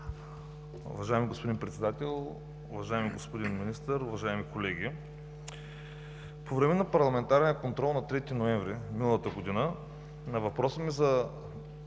Уважаеми господин Председател, уважаеми господин Министър, уважаеми колеги! По време на парламентарния контрол на 3 ноември миналата година на въпроса ми във